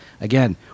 Again